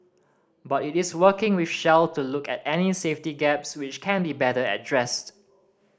but it is working with Shell to look at any safety gaps which can be better addressed